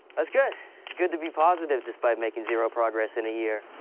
that's good. it's good to be positive despite making zero progress in a year.